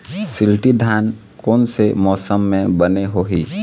शिल्टी धान कोन से मौसम मे बने होही?